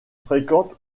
fréquente